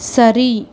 சரி